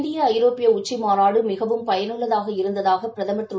இந்தியஐரோப்பியஉச்சிமாநாடுமிகவும் பயனுள்ளதாக இருந்ததாகபிரதமர் திரு